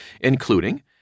including